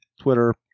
Twitter